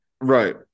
right